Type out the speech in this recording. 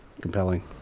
compelling